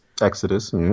Exodus